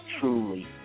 truly